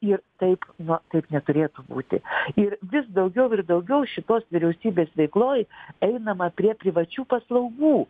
ir taip nu taip neturėtų būti ir vis daugiau ir daugiau šitos vyriausybės veikloj einama prie privačių paslaugų